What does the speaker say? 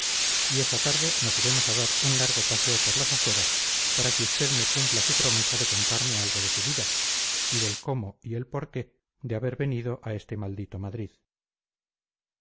y esta tarde nos iremos a dar un largo paseo por las afueras para que usted me cumpla su promesa de contarme algo de su vida y del cómo y el por qué de haber venido a este maldito madrid